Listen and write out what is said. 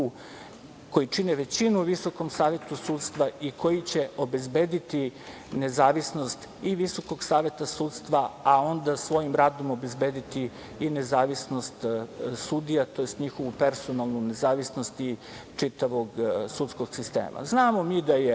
koji čine većinu u Visokom savetu sudstva i koji će obezbediti nezavisnost i Visokog saveta sudstva a onda svojim radom obezbediti i nezavisnost sudija, tj. njihovu personalnu nezavisnost i čitavog sudskog sistema. Znamo mi da je